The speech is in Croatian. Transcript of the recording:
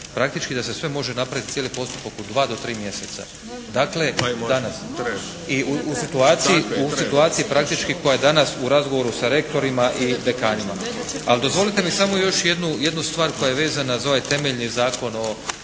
praktički da se sve može napraviti, cijeli postupak u 2 do 3 mjeseca. Dakle, danas i u situaciji praktički koja danas u razgovoru sa rektorima i dekanima. Ali dozvolite mi samo još jednu stvar koja je vezana za ovaj temeljni Zakon o